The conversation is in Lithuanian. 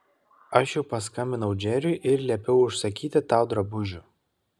aš jau paskambinau džeriui ir liepiau užsakyti tau drabužių